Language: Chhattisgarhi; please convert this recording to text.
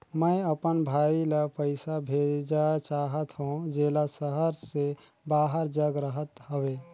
मैं अपन भाई ल पइसा भेजा चाहत हों, जेला शहर से बाहर जग रहत हवे